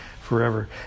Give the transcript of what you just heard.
forever